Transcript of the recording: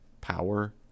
Power